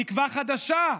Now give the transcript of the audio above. תקווה חדשה?